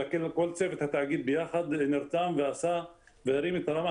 אלא כל צוות התאגיד ביחד נרתם ועשה והרים את הרמה,